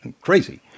crazy